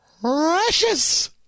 Precious